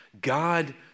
God